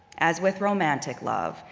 as with romantic love,